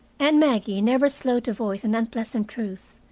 and maggie, never slow to voice an unpleasant truth,